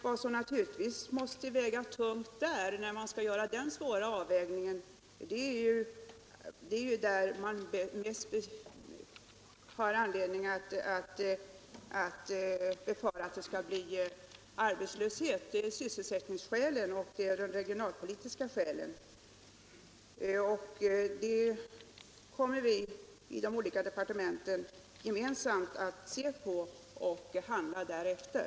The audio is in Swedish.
Vad som vid den svåra avvägningen måste väga tungt är faran för arbetslöshet, alltså sysselsättningssynpunkterna och de regionalpolitiska synpunkterna. De olika departementen kommer gemensamt att bedöma dessa frågor och handla därefter.